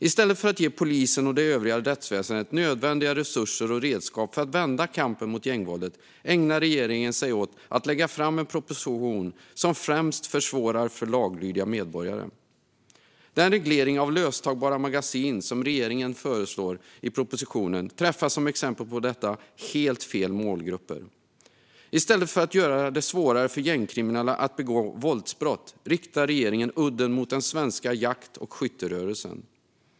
I stället för att ge polisen och det övriga rättsväsendet nödvändiga resurser och redskap för att vända kampen mot gängvåldet ägnar sig regeringen åt att lägga fram en proposition som främst försvårar för laglydiga medborgare. Den reglering av löstagbara magasin som regeringen föreslår i propositionen träffar, som exempel på detta, helt fel målgrupper. I stället för att göra det svårare för gängkriminella att begå våldsbrott riktar regeringen udden mot den svenska jakt och skytterörelsen.